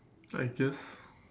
I guess